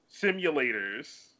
simulators